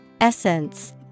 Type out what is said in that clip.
Essence